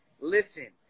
listen